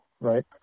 right